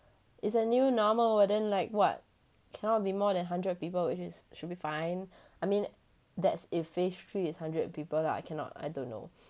it's a new normal but then like what cannot be more than hundred people which is should be fine I mean that's if phase three is hundred people lah I cannot I don't know